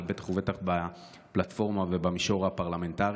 אבל בטח ובטח בפלטפורמה ובמישור הפרלמנטרי.